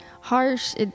harsh